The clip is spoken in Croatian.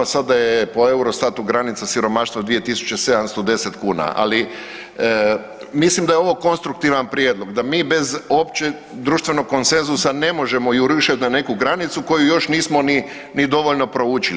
Sada je po EUROSTAT-u granica siromaštva 2710 kuna, ali mislim da je ovo konstruktivan prijedlog, da mi bez opće društvenog konsenzusa ne možemo jurišati na neku granicu koju još nismo ni dovoljno proučili.